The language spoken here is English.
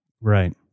Right